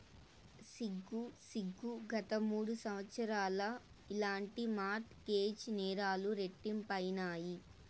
సిగ్గు సిగ్గు, గత మూడు సంవత్సరాల్ల ఇలాంటి మార్ట్ గేజ్ నేరాలు రెట్టింపైనాయి